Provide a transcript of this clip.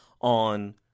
on